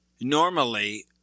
Normally